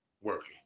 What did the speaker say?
working